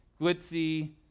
glitzy